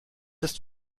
ist